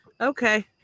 Okay